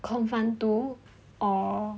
com fund two or